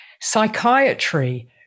psychiatry